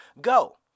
go